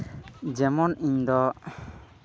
ᱡᱮᱢᱚᱱ ᱤᱧᱫᱚ